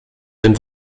den